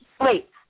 Wait